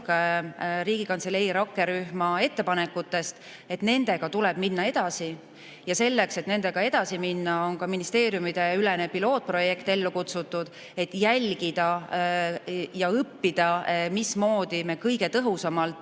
Riigikantselei rakkerühma ettepanekutest. Nendega tuleb minna edasi. Ja selleks, et nendega edasi minna, on ellu kutsutud ministeeriumideülene pilootprojekt, et jälgida ja õppida, mismoodi me kõige tõhusamalt,